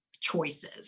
choices